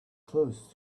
close